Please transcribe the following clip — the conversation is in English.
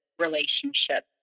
relationship